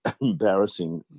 embarrassing